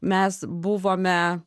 mes buvome